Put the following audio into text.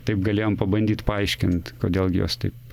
taip galėjom pabandyt paaiškint kodėl jos taip